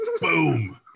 boom